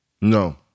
No